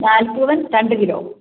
ഞാലിപ്പൂവൻ രണ്ട് കിലോ